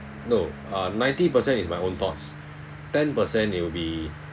no uh ninety percent it's my own thoughts ten percent it will be